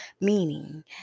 Meaning